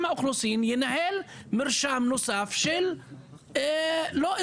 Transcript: האוכלוסין ינהל מרשם נוסף של לא-אזרחים.